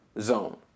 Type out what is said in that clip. zone